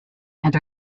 and